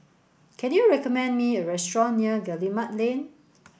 can you recommend me a restaurant near Guillemard Lane